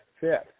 fifth